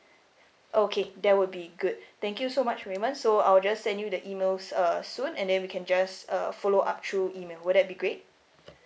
okay that will be good thank you so much raymond so I will just send you the emails uh soon and then we can just uh follow up through email would that be great